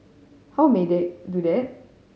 how may they do that